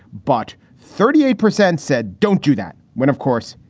but thirty eight percent said don't do that. when, of course,